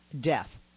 death